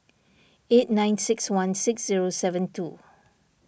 eight nine six one six zero seven two